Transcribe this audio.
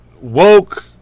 woke